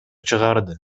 чыгарды